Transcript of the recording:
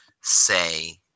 say